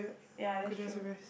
ya that's true